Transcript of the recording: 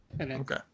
Okay